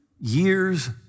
years